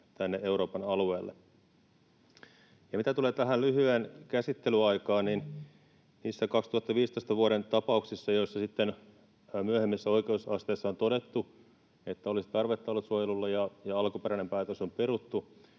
tänne Euroopan alueelle. Ja mitä tulee tähän lyhyeen käsittelyaikaan, niin ne vuoden 2015 tapaukset, joista sitten myöhemmissä oikeusasteissa on todettu, että olisi ollut tarvetta suojelulle, ja joissa alkuperäinen päätös on peruttu,